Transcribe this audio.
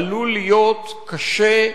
עלול להיות קשה,